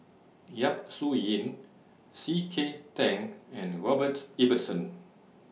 Yap Su Yin C K Tang and Robert Ibbetson